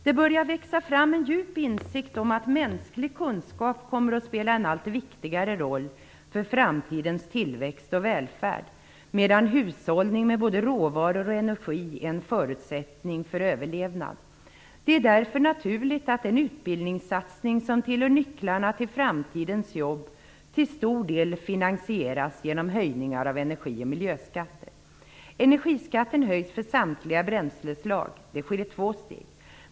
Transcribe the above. Det börjar växa fram en djup insikt om att mänsklig kunskap kommer att spela en allt viktigare roll för framtidens tillväxt och välfärd, medan hushållning med både råvaror och energi är en förutsättning för överlevnad. Det är därför naturligt att den utbildningssatsning som tillhör nycklarna till framtidens jobb till stor del finansieras genom höjningar av energi och miljöskatter. Energiskatten höjs för samtliga bränsleslag. Detta sker i två steg.